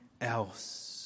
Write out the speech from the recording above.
else